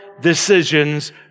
decisions